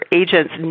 agents